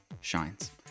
Shines